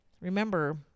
remember